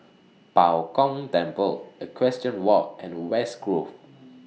Bao Gong Temple Equestrian Walk and West Grove